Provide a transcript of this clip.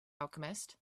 alchemist